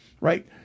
right